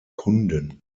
kunden